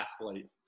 athlete